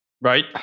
Right